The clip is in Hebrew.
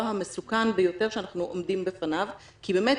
המסוכן ביותר שאנחנו עומדים בפניו כי באמת,